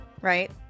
right